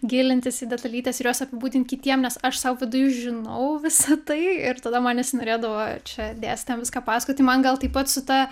gilintis į detalytes ir juos apibūdinti kitiem nes aš sau viduj žinau visa tai ir tada man nesinorėdavo čia dėstojam viską pasakot tai man gal taip pat su ta